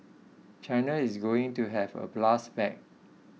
China is going to have a blast back